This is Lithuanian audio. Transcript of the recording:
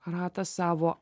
ratą savo